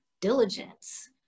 diligence